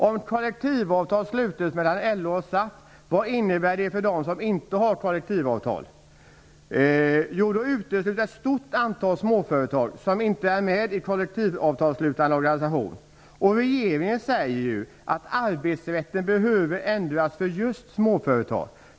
Om kollektivavtal slutes mellan LO och SAF, vad innebär det för dem som inte har kollektivavtal? Jo, då utesluts ett stort antal småföretag som inte är med i kollektivavtalsslutande organisation. Regeringen säger ju att arbetsrätten behöver ändras för just småföretag.